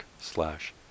slash